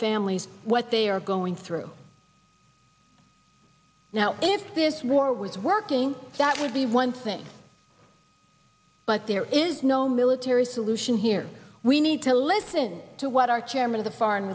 families what they are going through now if this war was working that would be one thing but there is no military solution here we need to listen to what our chairman of the foreign